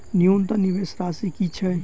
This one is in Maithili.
न्यूनतम निवेश राशि की छई?